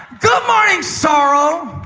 good morning, sorrow.